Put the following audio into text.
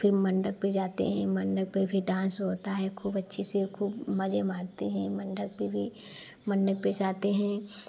फ़िर मंडप पर जाते हैं मंडप पर भी डांस होता है खूब अच्छी से खूब मज़े मारते हैं मंडप पर भी मंडप पर जाते हैं